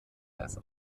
als